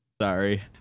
Sorry